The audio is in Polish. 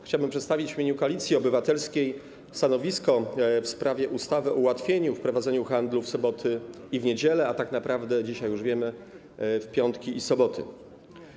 Chciałbym przedstawić w imieniu Koalicji Obywatelskiej stanowisko w sprawie projektu ustawy o ułatwieniach w prowadzeniu handlu w soboty i niedziele, a tak naprawdę dzisiaj już wiemy, że w piątki i soboty.